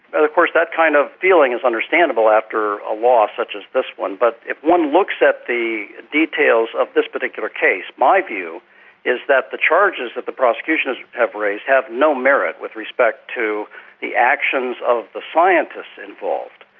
of course that kind of feeling is understandable after a loss such as this one, but if one looks at the details of this particular case, my view is that the charges that the prosecution have raised have no merit with respect to the actions of the scientists involved.